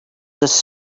this